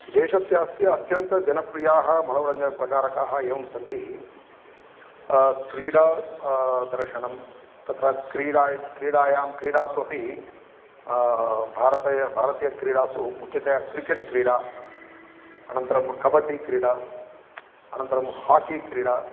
देशस्यास्य अत्यन्तजनप्रियाः मनोरञ्जनप्रकारकाः एवं सन्ति क्रीडा दर्शनं तत्र क्रीडा इति क्रीडायां क्रीडासु अपि भरतीय भारतीय क्रीडासु मुख्यतया क्रिकेट् क्रीडा अनन्तरं कब्बड्डि क्रीडा अनन्तरं हाकि क्रीडा